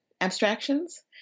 abstractions